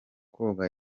koga